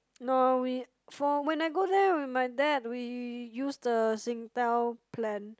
no we for when I go there with my dad we use the Singtel plan